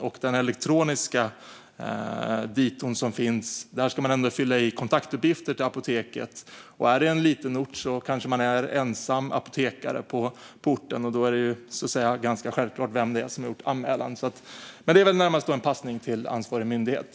I den elektroniska dito ska man fylla i kontaktuppgifter till apoteket. Är det en liten ort kanske man är ensam apotekare där, och då är det ganska självklart vem som har gjort anmälan. Men det här är väl som sagt närmast en passning till ansvarig myndighet.